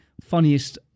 funniest